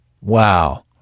wow